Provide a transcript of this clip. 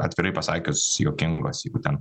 atvirai pasakius juokingos jeigu ten